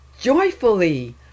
joyfully